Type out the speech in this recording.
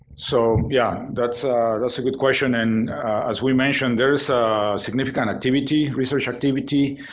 so, yeah, that's that's a good question. and as we mentioned, there's significant activity, research activity,